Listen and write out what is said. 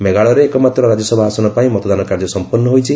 ମେଘାଳୟରେ ଏକମାତ୍ର ରାଜ୍ୟସଭା ଆସନ ପାଇଁ ମତଦାନ କାର୍ଯ୍ୟ ସମ୍ପନ୍ନ ହୋଇଛି